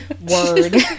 Word